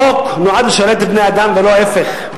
חוק נועד לשרת את בני-האדם ולא להיפך.